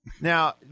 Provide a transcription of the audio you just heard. Now